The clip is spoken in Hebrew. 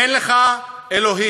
אין לך אלוהים,